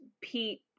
Pete